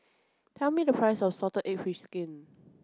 tell me the price of salted egg fish skin